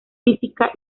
física